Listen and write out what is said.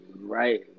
right